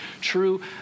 true